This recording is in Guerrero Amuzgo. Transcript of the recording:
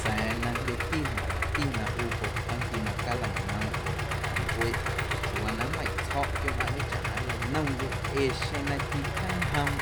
Sa̱a̱ najndyeti mayati na ꞌu joꞌ tomti na caleinoomꞌ oo cjalꞌueꞌ chiuuwaa na nmeiⁿꞌ tsjo̱ꞌ quiooꞌmꞌaⁿꞌñe chaꞌ na nleinomyoꞌ ee xeⁿ na ticjaañjoomꞌ